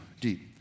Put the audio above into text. deep